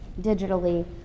digitally